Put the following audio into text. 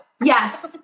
Yes